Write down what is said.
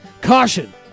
Caution